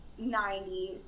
90s